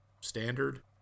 standard